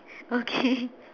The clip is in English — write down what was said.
okay